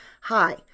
Hi